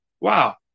Wow